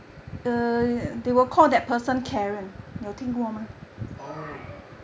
oh